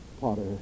potter